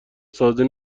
ساده